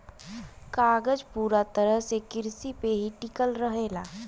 कागज पूरा तरह से किरसी पे ही टिकल रहेला